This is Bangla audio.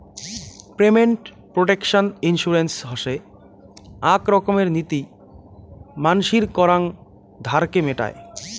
পেমেন্ট প্রটেকশন ইন্সুরেন্স হসে আক রকমের নীতি মানসির করাং ধারকে মেটায়